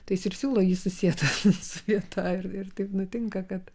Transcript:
tai jis ir siūlo jį susietą su vieta ir ir taip nutinka kad